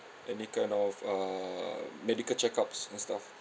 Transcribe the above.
any kind of err medical checkups and stuff